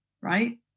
right